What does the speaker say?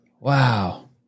Wow